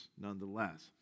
nonetheless